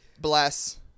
Bless